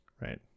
right